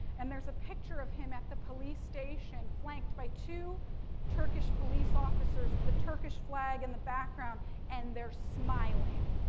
and there's a picture of him at the police station flanked by two turkish police officers with a turkish flag in and the background and they're smiling